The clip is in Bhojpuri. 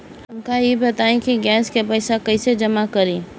हमका ई बताई कि गैस के पइसा कईसे जमा करी?